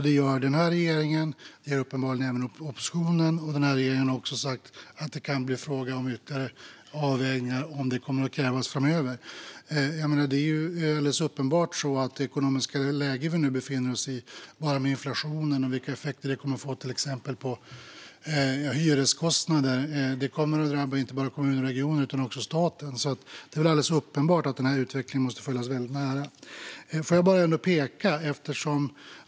Det gör den här regeringen, och det gör uppenbarligen även oppositionen. Regeringen har också sagt att det kan bli fråga om ytterligare avvägningar om det kommer att krävas framöver. Alldeles uppenbart kommer det ekonomiska läge vi nu befinner oss i, inte minst med inflationen och dess effekter på exempelvis hyreskostnader, att drabba inte bara kommuner och regioner utan också staten. Naturligtvis måste denna utveckling följas väldigt nära.